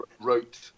wrote